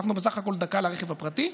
הוספנו בסך הכול דקה לרכב הפרטי.